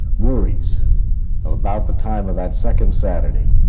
worries about the time of that second saturday,